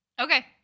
Okay